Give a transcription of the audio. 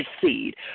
seed